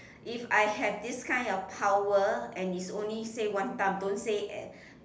if I have this kind of power and it's only say one time don't say eh